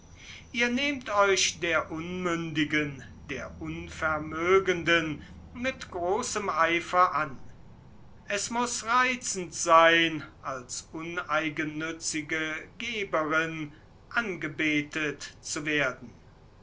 ihr nehmt euch der unmündigen der unvermögenden mit großem eifer an es muß reizend sein als uneigennützige geberin angebetet zu werden